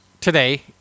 today